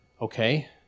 okay